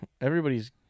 Everybody's